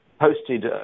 posted